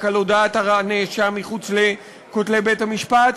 על הודאת הנאשם מחוץ לכותלי בית-המשפט,